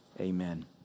Amen